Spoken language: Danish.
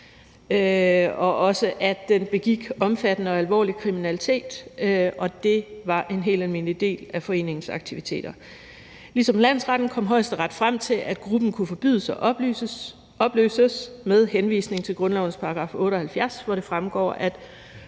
og også, at den begik omfattende og alvorlig kriminalitet, og at det var en helt almindelig del af foreningens aktiviteter. Ligesom landsretten kom Højesteret frem til, at gruppen kunne forbydes og opløses med henvisning til grundlovens § 78, hvor det fremgår, at